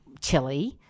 chili